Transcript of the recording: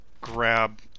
grab